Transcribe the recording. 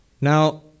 Now